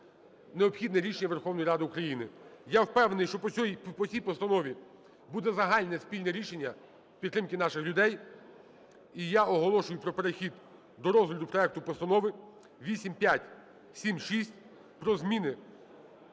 необхідне рішення Верховної Ради України. Я впевнений, що по цій постанові буде загальне спільне рішення підтримки наших людей. І я оголошую про перехід до розгляду проекту Постанови 8576 про зміни